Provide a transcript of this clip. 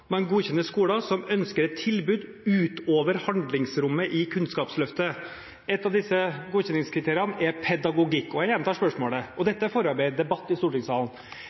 man godkjenner skoler «som ønsker et tilbud utover handlingsrommet i Kunnskapsløftet.» Et av disse godkjenningskriteriene er pedagogikk. Jeg gjentar spørsmålet – og dette er forarbeidet til debatt i stortingssalen: